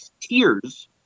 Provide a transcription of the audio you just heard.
tears